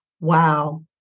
Wow